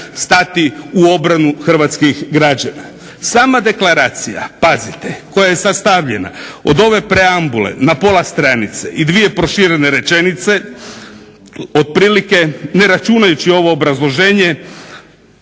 u obranu hrvatskih građana. Sama deklaracija, pazite, koja je sastavljena od ove preambule na pola stranice i dvije proširene rečenice otprilike ne računajući ovo obrazloženje